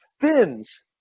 fins